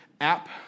app